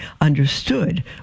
understood